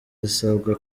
zisabwa